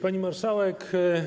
Pani Marszałek!